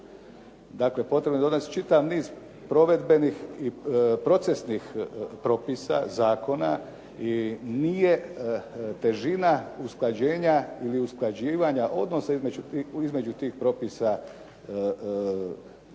Dakle, potrebno je donesti čitav niz provedbenih i procesnih propisa, zakona i nije težina usklađenja ili usklađivanja odnosa između tih propisa je